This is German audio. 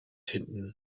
hinten